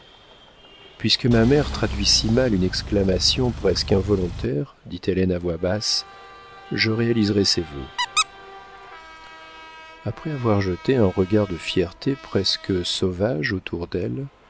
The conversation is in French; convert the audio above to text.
puisque ma mère traduit si mal une exclamation presque involontaire dit hélène à voix basse je réaliserai ses vœux après avoir jeté un regard de fierté presque sauvage autour d'elle